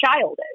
childish